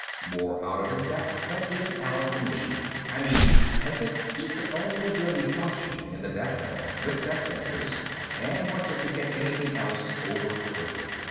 more out of his depth than even alice and me i mean, as if he could only really function in the deathland with deathlanders and wanted to get anything else over quickly.